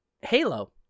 Halo